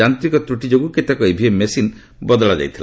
ଯାନ୍ତ୍ରିକ ତ୍ରୁଟି ଯୋଗୁଁ କେତେକ ଇଭିଏମ୍ ମେସିନ ବଦଳାଯାଇଥିଲା